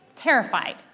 Terrified